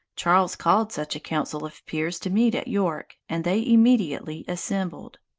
charles called such a council of peers to meet at york, and they immediately assembled.